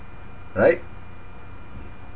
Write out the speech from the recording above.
right